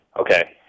okay